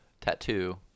tattoo